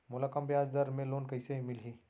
मोला कम ब्याजदर में लोन कइसे मिलही?